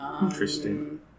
Interesting